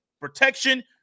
protection